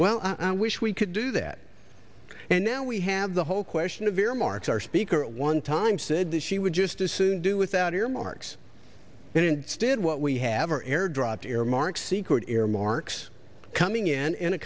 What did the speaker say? well i wish we could do that and now we have the whole question of earmarks our speaker at one time said that she would just as soon do without earmarks and instead what we have are air dropped earmarks secret earmarks coming in in a